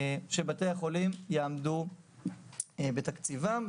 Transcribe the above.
שבתי החולים יעמדו בתקציבם,